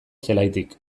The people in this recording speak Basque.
zelaitik